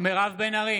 מירב בן ארי,